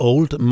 Old